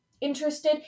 interested